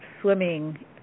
swimming